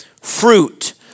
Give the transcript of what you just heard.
fruit